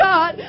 God